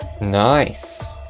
Nice